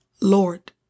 Lord